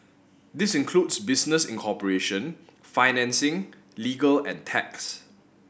this includes business incorporation financing legal and tax